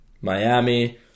Miami